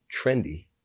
trendy